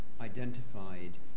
identified